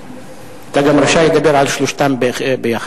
אתה גם רשאי לדבר על שלושתן ביחד,